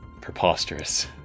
Preposterous